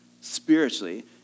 spiritually